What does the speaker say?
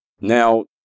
now